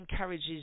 encourages